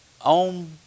On